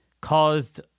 caused